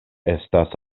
estas